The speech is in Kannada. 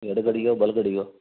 ಎಡ್ಗಡೆಗಾ ಬಲ್ಗಡೆಗೊ